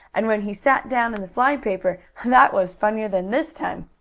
and when he sat down in the fly paper! that was funnier than this time.